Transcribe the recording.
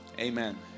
Amen